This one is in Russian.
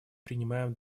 принимаем